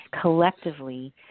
collectively